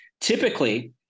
typically